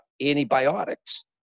antibiotics